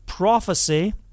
prophecy